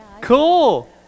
Cool